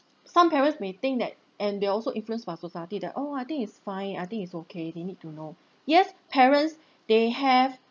some parents may think that and they are also influenced by society that oh I think it's fine I think it's okay they need to know yes parents they have